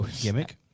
gimmick